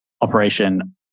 operation